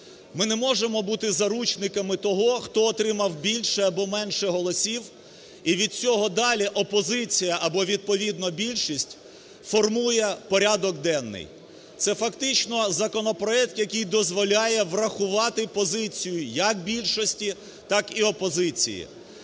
Ми не можемо бути заручниками того, хто отримав більше або менше голосів, і від цього далі опозиція або відповідно більшість формує порядок денний. Це фактично законопроект, який дозволяє врахувати позицію як більшості, так і опозиції.